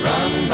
Run